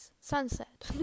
sunset